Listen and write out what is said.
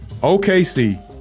OKC